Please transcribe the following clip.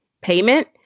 payment